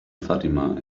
fatima